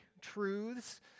truths